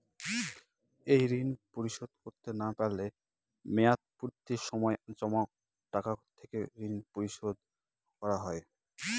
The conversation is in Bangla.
এই ঋণ পরিশোধ করতে না পারলে মেয়াদপূর্তির সময় জমা টাকা থেকে ঋণ পরিশোধ করা হয়?